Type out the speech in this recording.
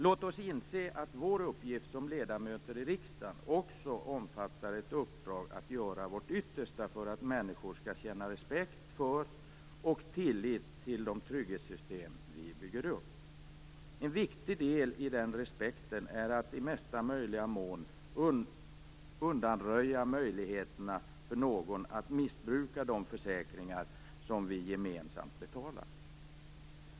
Låt oss inse att vår uppgift som ledamöter i riksdagen också omfattar ett uppdrag att göra vårt yttersta för att människor skall känna respekt för och tillit till de trygghetssystem vi bygger upp. En viktig del i den respekten är att i mesta möjliga mån undanröja möjligheterna för någon att missbruka de försäkringar som vi gemensamt betalar.